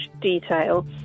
detail